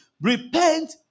Repent